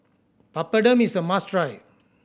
papadum is a must try